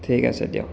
ঠিক আছে দিয়ক